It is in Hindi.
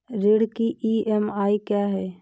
ऋण की ई.एम.आई क्या है?